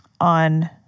on